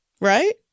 Right